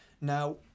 now